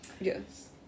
yes